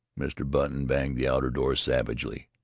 mr. button banged the outer door savagely.